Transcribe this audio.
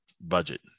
budget